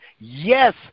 Yes